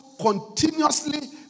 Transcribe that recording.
continuously